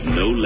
no